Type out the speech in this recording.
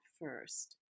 first